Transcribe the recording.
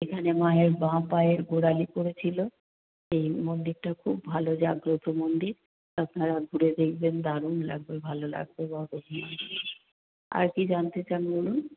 এখানে মায়ের বাঁ পায়ের গোড়ালি পড়েছিল এই মন্দিরটা খুব ভালো জাগ্রত মন্দির আপনারা ঘুরে দেখবেন দারুণ লাগবে ভালো লাগবে আর কী জানতে চান বলুন